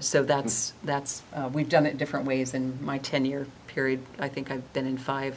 so that's that's we've done it different ways in my ten year period i think i've been in five